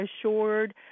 assured